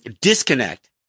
disconnect